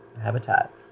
habitat